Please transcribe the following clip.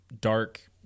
dark